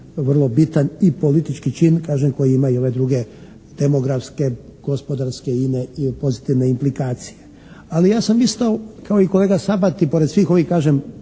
vrlo bitan i politički čin kažem koji ima i ove druge demografske, gospodarske i ine i pozitivne implikacije. Ali ja sam isto kao i kolega Sabati pored svih ovih kažem